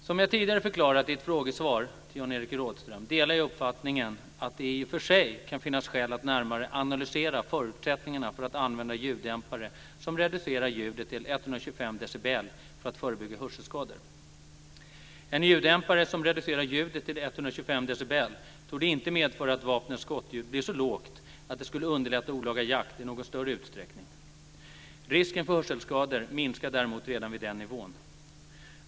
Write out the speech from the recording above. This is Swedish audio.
Som jag tidigare förklarat i ett frågesvar till Jan Evert Rådhström delar jag uppfattningen att det i och för sig kan finnas skäl att närmare analysera förutsättningarna för att använda ljuddämpare som reducerar ljudet till 125 decibel för att förebygga hörselskador. En ljuddämpare som reducerar ljudet till 125 decibel torde inte medföra att vapnets skottljud blir så lågt att det skulle underlätta olaga jakt i någon större utsträckning. Risken för hörselskador minskar däremot redan vid den nivån.